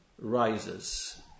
rises